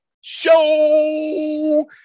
Show